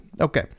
Okay